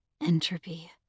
Entropy